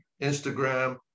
Instagram